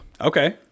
Okay